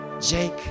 jake